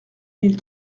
mille